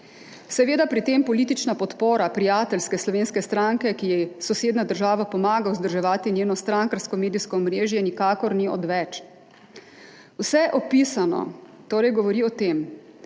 Seveda pri tem politična podpora prijateljske slovenske stranke, ki ji sosednja država pomaga vzdrževati njeno strankarsko medijsko omrežje, nikakor ni odveč. Vse opisano torej govori o tem,